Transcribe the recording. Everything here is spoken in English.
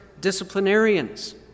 disciplinarians